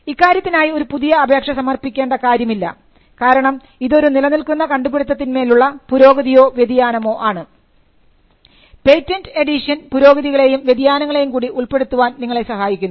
ഇക്കാര്യത്തിനായി ഒരു പുതിയ അപേക്ഷ സമർപ്പിക്കേണ്ട കാര്യമില്ല കാരണം ഇതൊരു നിലനിൽക്കുന്ന കണ്ടുപിടുത്തത്തിന്മേലുള്ള പുരോഗതിയോ വ്യതിയാനമോ മാത്രമാണ് പേറ്റന്റ് അഡീഷൻ പുരോഗതികളെയും വ്യതിയാനങ്ങളെയും കൂടി ഉൾപ്പെടുത്താൻ നിങ്ങളെ സഹായിക്കുന്നു